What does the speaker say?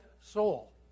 soul